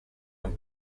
han